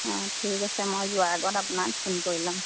অঁ ঠিক আছে মই যোৱাৰ আগত আপোনাক ফোন কৰি ল'ম